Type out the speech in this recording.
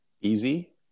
easy